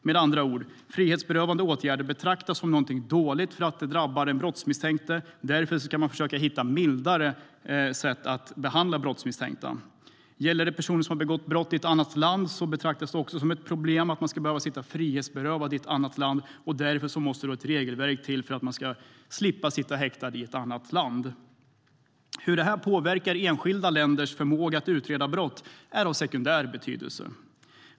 Med andra ord: Frihetsberövande åtgärder betraktas som dåligt för att det drabbar den brottsmisstänkte, och därför ska man försöka hitta mildare sätt att behandla brottsmisstänkta. Gäller det personer som begår brott i ett annat land betraktas det också som problematiskt att behöva sitta frihetsberövad i ett främmande land. Därför måste ett regelverk till för att man ska slippa sitta häktad i ett annat land. Hur detta påverkar enskilda länders förmåga att utreda brott är av sekundär betydelse.